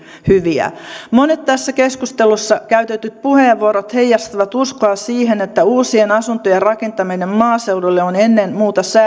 hyviä monet tässä keskustelussa käytetyt puheenvuorot heijastavat uskoa siihen että uusien asuntojen rakentaminen maaseudulle on ennen muuta